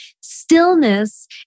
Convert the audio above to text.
Stillness